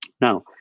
Now